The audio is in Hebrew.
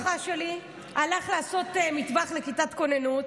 קרוב משפחה שלי הלך לעשות מטווח לכיתת כוננות,